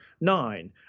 nine